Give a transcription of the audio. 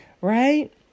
right